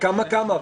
כמה-כמה?